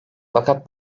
fakat